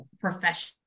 profession